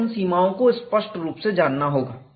हमें उन सीमाओं को स्पष्ट रूप से जानना होगा